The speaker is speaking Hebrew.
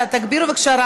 בבקשה.